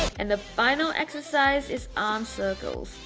and the final exercise is arm circles.